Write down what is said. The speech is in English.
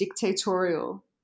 dictatorial